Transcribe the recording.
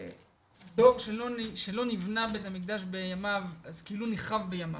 דור שלא נבנה בית המקדש בימיו כאילו נחרב בימיו.